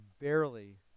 barely